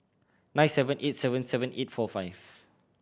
nine seven eight seven seven eight four five